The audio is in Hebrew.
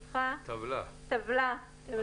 לשם כך נתתי לאיתי עצמון טבלה והוא יעביר אותה אליך,